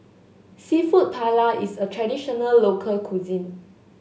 Seafood Paella is a traditional local cuisine